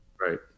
Right